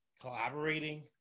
collaborating